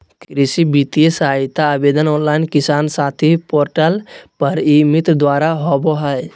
कृषि वित्तीय सहायता आवेदन ऑनलाइन किसान साथी पोर्टल पर ई मित्र द्वारा होबा हइ